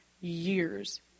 years